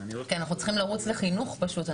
אנחנו צריכים לרוץ לחינוך פשוט,